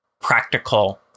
practical